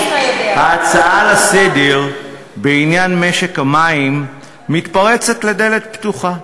ההצעה לסדר-היום בעניין משק המים מתפרצת לדלת פתוחה.